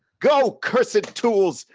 go cursed tools,